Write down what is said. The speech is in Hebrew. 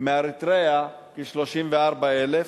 מאריתריאה כ-34,000,